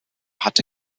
hatte